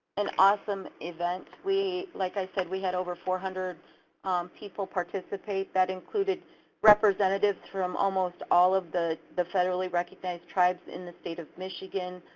an awesome event. we, like i said, we had over four hundred people participate. that included representatives from almost all of the the federally recognized tribes in the state of michigan,